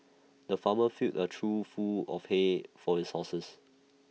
the farmer filled A trough full of hay for his horses